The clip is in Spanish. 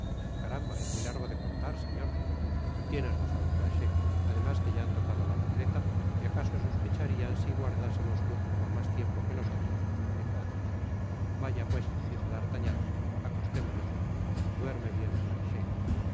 caramba es muy largo de contar señor tienes razon planchet además que ya han tocado la retreta y acaso sospecharian si guardásemos luz por mas tiempo que los otros dijo athos vaya pues dijo d'artagnan acostémonos duerme bien planchet